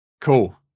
cool